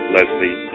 Leslie